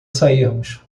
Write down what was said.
sairmos